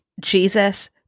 Jesus